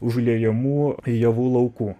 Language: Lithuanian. užliejamų javų laukų